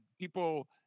people